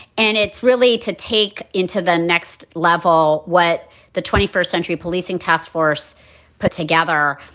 and it's really to take into the next level what the twenty first century policing task force put together.